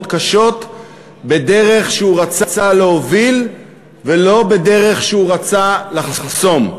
קשות בדרך שהוא רצה להוביל ולא בדרך שהוא רצה לחסום.